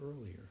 earlier